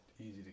easy